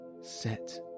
set